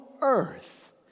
earth